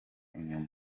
inyuma